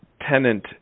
tenant